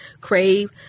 crave